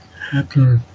happen